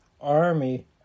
army